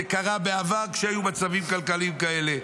זה קרה בעבר כשהיו מצבים כלכליים כאלה.